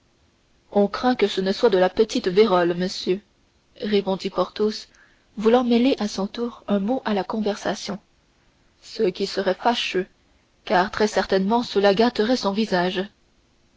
on craint que ce ne soit de la petite vérole monsieur répondit porthos voulant mêler à son tour un mot à la conversation et ce qui serait fâcheux en ce que très certainement cela gâterait son visage